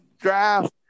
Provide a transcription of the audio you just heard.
draft